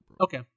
Okay